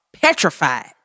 petrified